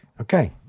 Okay